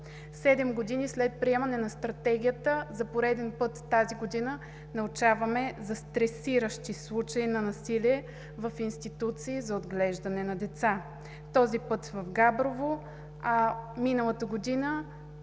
Седем години след приемане на Стратегията за пореден път тази година научаваме за стресиращи случаи на насилие в институции за отглеждане на деца – този път в Габрово, а миналата година